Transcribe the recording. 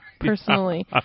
personally